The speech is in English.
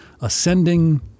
ascending